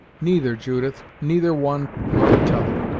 neither, judith neither one nor t'other.